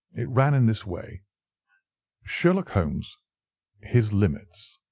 it ran in this way sherlock holmes his limits.